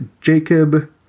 Jacob